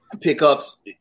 pickups